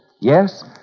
Yes